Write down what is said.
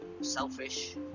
selfish